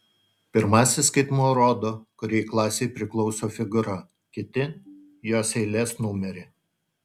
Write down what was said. pirmasis skaitmuo rodo kuriai klasei priklauso figūra kiti jos eilės numerį